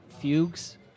fugues